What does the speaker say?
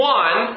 one